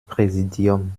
präsidium